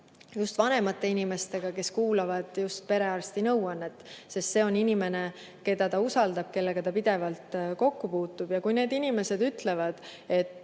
vanemate inimestega. Nemad kuulavad just perearsti nõuannet, sest see on inimene, keda nad usaldavad, kellega nad pidevalt kokku puutuvad. Kui need inimesed ütlevad, et